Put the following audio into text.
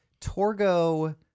Torgo